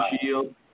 Shield*